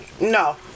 no